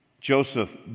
Joseph